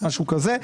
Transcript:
משהו כזה.